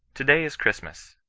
to-day is christmas.